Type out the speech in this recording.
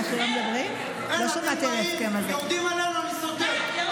אתם באים, יורדים עלינו, אני סותם.